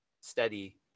steady